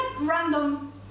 random